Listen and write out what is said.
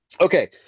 okay